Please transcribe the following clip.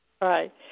Right